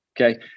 okay